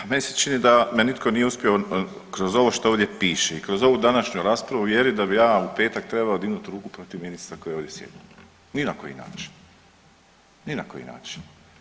Meni se čini da me nitko nije uspio kroz ovo što ovdje piše i kroz ovu današnju raspravu uvjeriti da bi ja u petak trebao dignut ruku protiv ministra koji ovdje sjedi, ni na koji način, ni na koji način.